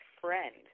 friend